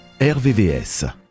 RVVS